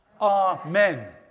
Amen